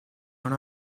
non